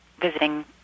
visiting